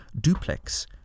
duplex